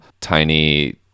tiny